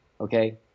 Okay